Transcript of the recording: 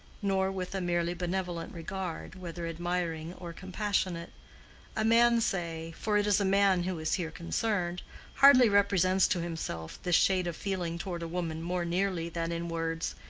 nor with a merely benevolent regard, whether admiring or compassionate a man, say for it is a man who is here concerned hardly represents to himself this shade of feeling toward a woman more nearly than in words,